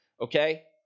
okay